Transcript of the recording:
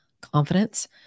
confidence